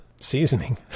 seasoning